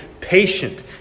patient